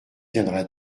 viendra